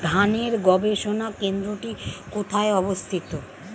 ধানের গবষণা কেন্দ্রটি কোথায় অবস্থিত?